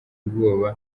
ubwoba